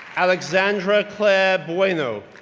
alexandra claire bueno,